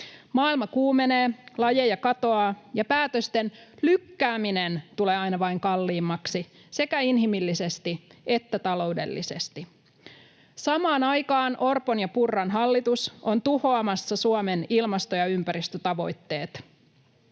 Maailma kuumenee, lajeja katoaa ja päätösten lykkääminen tulee aina vain kalliimmaksi sekä inhimillisesti että taloudellisesti. Samaan aikaan Orpon ja Purran hallitus on tuhoamassa Suomen ilmasto- ja ympäristötavoitteet.